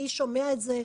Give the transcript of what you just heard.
מי שומע את זה,